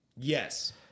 Yes